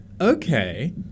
Okay